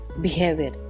behavior